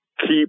keep